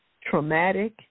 traumatic